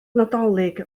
nadolig